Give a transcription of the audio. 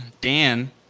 Dan